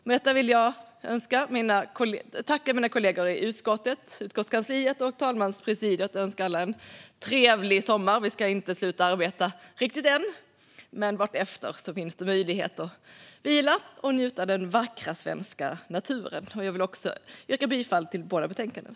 Med detta vill jag tacka mina kollegor i utskottet, utskottskansliet och talmanspresidiet och önska alla en trevlig sommar. Vi ska inte sluta arbeta riktigt än, men vartefter finns det möjligheter att vila och njuta av den vackra svenska naturen. Jag yrkar bifall till utskottets förslag i de båda betänkandena.